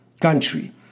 country